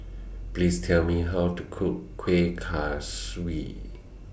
Please Tell Me How to Cook Kuih Kaswi